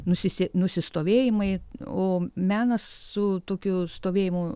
nusisi nusistovėjimai o menas su tokiu stovėjimu